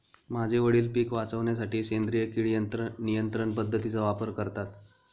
माझे वडील पिक वाचवण्यासाठी सेंद्रिय किड नियंत्रण पद्धतीचा वापर करतात